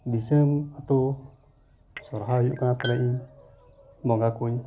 ᱫᱤᱥᱚᱢ ᱟᱹᱛᱩ ᱥᱚᱦᱚᱨᱟᱭ ᱦᱩᱭᱩᱜ ᱠᱟᱱᱟ ᱛᱟᱦᱚᱞᱮ ᱤᱧ ᱵᱚᱸᱜᱟᱠᱩᱧ